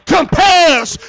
compares